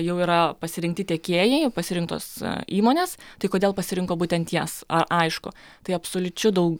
jau yra pasirinkti tiekėjai pasirinktos įmonės tai kodėl pasirinko būtent jas ar aišku tai absoliučiu dau